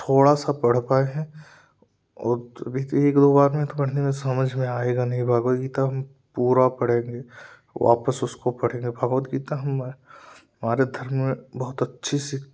थोड़ा सा पढ़ पाए हैं और अभी तो एक दो बार में पढ़ने में समझ में आएगा नहीं भगवद गीता पूरा पढेंगे वापस उसको पढ़ेंगे भगवद गीता हमारे धर्म में बहुत अच्छी सी